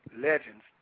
legends